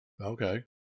Okay